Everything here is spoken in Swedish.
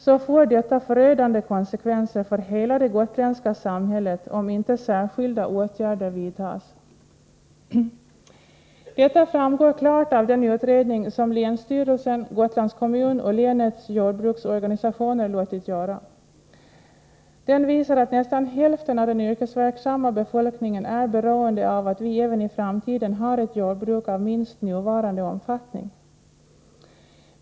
Men det får förödande konsekvenser för hela det gotländska samhället, om inte särskilda åtgärder vidtas. Detta framgår klart av den utredning som länsstyrelsen, Gotlands kommun och länets jordbruksorganisationer låtit göra. Den visar att nästan hälften av den yrkesverksamma befolkningen är beroende av att vi även i framtiden har ett jordbruk av minst nuvarande omfattning.